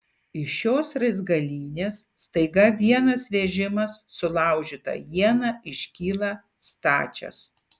iš šios raizgalynės staiga vienas vežimas sulaužyta iena iškyla stačias